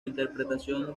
interpretación